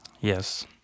yes